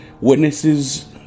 Witnesses